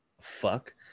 fuck